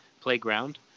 playground